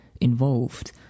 involved